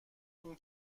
اینه